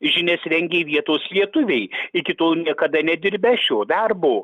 žinias rengė vietos lietuviai iki tol niekada nedirbę šio darbo